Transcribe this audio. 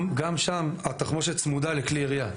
גם שם התחמושת צמודה לכלי ירייה.